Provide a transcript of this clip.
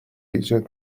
ایجاد